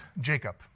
Jacob